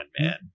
man